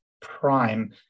prime